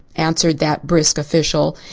answered that brisk official.